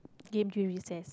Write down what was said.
game till recess